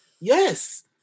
Yes